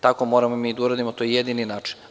Tako moramo i mi da uradimo to je jedini način.